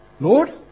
Lord